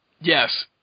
Yes